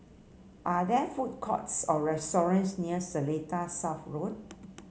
are there food courts or restaurants near Seletar South Road